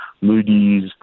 Moody's